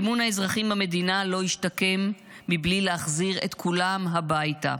אמון האזרחים במדינה לא ישתקם מבלי להחזיר את כולם הביתה.